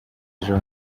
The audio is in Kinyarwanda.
ejo